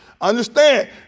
Understand